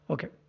Okay